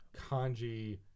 kanji